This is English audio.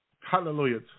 Hallelujah